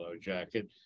jacket